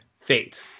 fate